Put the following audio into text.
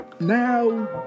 now